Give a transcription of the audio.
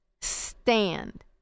Stand